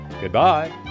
goodbye